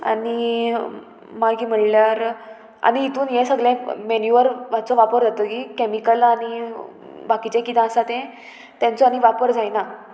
आनी मागीर म्हणल्यार आनी हितून हें सगलें मेन्यूयराचो वापर जातकीर कॅमिकला आनी बाकीचें किदें आसा तें तेंचो आनी वापर जायना